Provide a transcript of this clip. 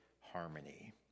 harmony